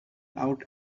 out